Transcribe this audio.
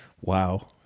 wow